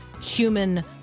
human